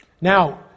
Now